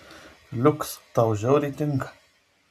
liuks tau žiauriai tinka